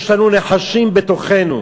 יש לנו נחשים בתוכנו.